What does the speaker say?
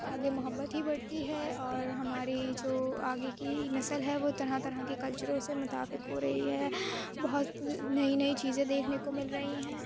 آگے محبت ہی بڑھتی ہے اور ہماری جو آگے کی نسل ہے وہ طرح طرح کے کلچروں سے مطابق ہو رہی ہے بہت نئی نئی چیزیں دیکھنے کو مل رہی ہیں